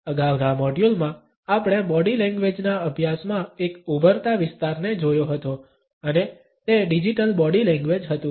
અગાઉના મોડ્યુલ માં આપણે બોડી લેંગ્વેજ ના અભ્યાસમાં એક ઉભરતા વિસ્તારને જોયો હતો અને તે ડિજિટલ બોડી લેંગ્વેજ હતુ